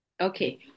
Okay